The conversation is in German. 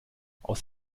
aus